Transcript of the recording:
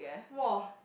!wah!